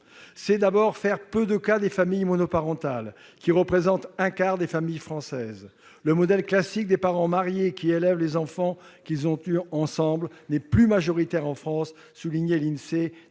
C'est, d'abord, faire peu de cas des familles monoparentales, qui représentent un quart des familles françaises. Le modèle classique des parents mariés qui élèvent les enfants qu'ils ont eus ensemble n'est plus majoritaire en France, soulignait l'Insee